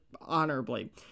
honorably